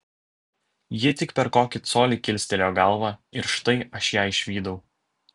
ji tik per kokį colį kilstelėjo galvą ir štai aš ją išvydau